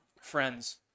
friends